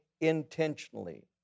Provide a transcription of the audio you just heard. intentionally